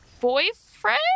Boyfriend